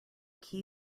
key